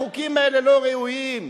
החוקים האלה לא ראויים.